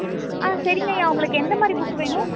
ஆ சரிங்கய்யா உங்களுக்கு எந்த மாதிரி புக் வேணும்